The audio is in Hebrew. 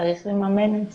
צריך לממן את זה.